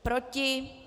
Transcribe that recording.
Proti?